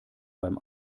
beim